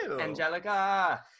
Angelica